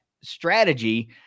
strategy